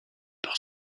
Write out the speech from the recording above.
par